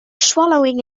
swallowing